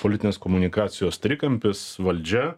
politinės komunikacijos trikampis valdžia